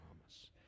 promise